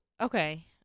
okay